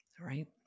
Right